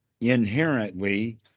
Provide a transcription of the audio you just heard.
inherently